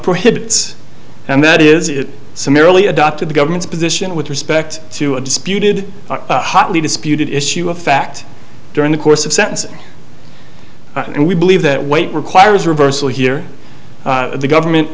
prohibits and that is it summarily adopted the government's position with respect to a disputed hotly disputed issue of fact during the course of sentencing and we believe that weight requires reversal here the government